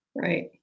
Right